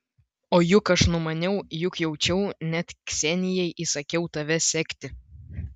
o juk aš numaniau juk jaučiau net ksenijai įsakiau tave sekti